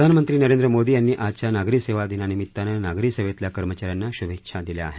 प्रधानमंत्री नरेंद्र मोदी यांनी आजच्या नागरी सेवा दिनानिमितानं नागरी सेवेतल्या कर्मचा यांना शुभेच्छा दिल्या आहेत